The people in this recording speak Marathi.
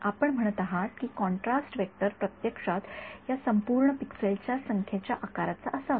तर आपण म्हणत आहात की कॉन्ट्रास्ट वेक्टर प्रत्यक्षात या संपूर्ण पिक्सलच्या संख्येच्या आकाराचा असावा